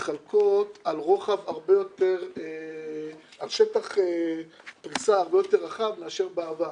מתחלקות על שטח פריסה הרבה יותר רחב מאשר בעבר.